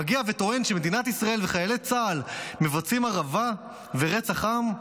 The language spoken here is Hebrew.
מגיע וטוען שמדינת ישראל וחיילי צה"ל מבצעים הרעבה ורצח עם,